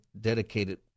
dedicated